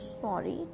sorry